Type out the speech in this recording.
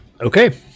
Okay